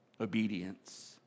Obedience